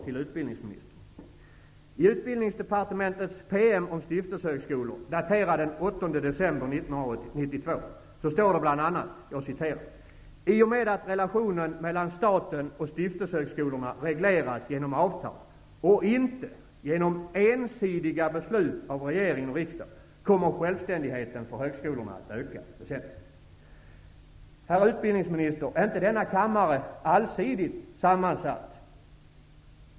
I Utbildningsdepartementets PM om stiftelsehögskolor, daterad den 8 december 1992, står det bl.a. ''I och med att relationen mellan staten och stiftelshögskolorna regleras genom avtal och inte genom ensidiga beslut av regering och riksdag, kommer självständigheten för högskolorna att öka väsentligt.'' Fråga nr 1, herr utbildningsminister, är följande: Är inte denna kammare allsidigt sammansatt?